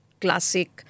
classic